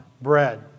bread